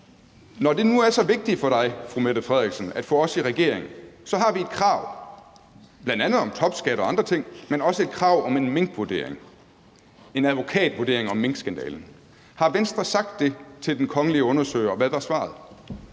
Når det nu er så vigtigt for dig, den kongelige undersøger, at få os i regering, så har vi et krav, bl.a. om topskat og andre ting, men også et krav om en minkvurdering, altså en advokatvurdering om minkskandalen? Har Venstre sagt det til den kongelige undersøger, og hvad var svaret?